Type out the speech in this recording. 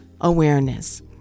awareness